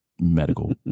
medical